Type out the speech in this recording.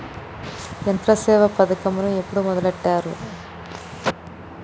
యంత్రసేవ పథకమును ఎప్పుడు మొదలెట్టారు?